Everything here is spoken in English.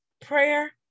prayer